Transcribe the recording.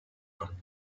from